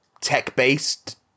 tech-based